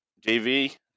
JV